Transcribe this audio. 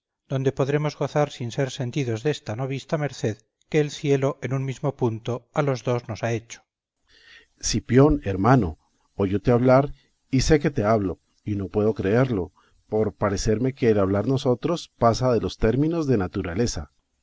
donde podremos gozar sin ser sentidos desta no vista merced que el cielo en un mismo punto a los dos nos ha hecho berganza cipión hermano óyote hablar y sé que te hablo y no puedo creerlo por parecerme que el hablar nosotros pasa de los términos de naturaleza